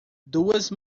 duas